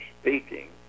speaking